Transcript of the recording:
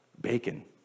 bacon